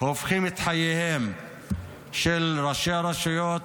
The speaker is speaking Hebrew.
הופכים את חייהם של ראשי הרשויות,